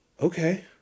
okay